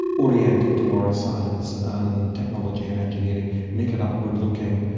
orient it towards science and technology and engineering, make it outward-looking.